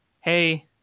hey